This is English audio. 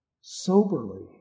soberly